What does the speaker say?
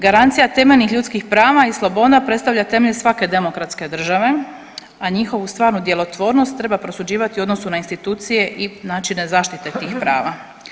Garancija temeljnih ljudskih prava i sloboda predstavlja temelj svake demokratske države, a njihovu stvarnu djelotvornost treba prosuđivati u odnosu na institucije i načine zaštite tih prava.